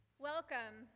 Welcome